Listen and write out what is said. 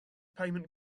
payment